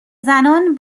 زنان